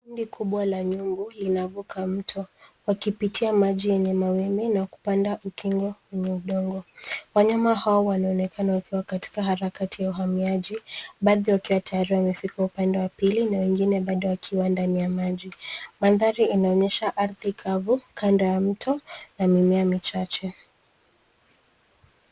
Kundi kubwa la nyumbu inavuka mto wakipitia maji yenye mawimbi na kupanda ukingo wenye udongo. Wanyama hawa wanaonekana wakiwa katika harakati ya uhamiaji, baadhi wakiwa tayari wamefika upande wa pili na wengine wakiwa bado ndani ya maji. Mandhari inaonyesha ardhi kavu kando ya mto na mimea michache.